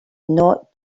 not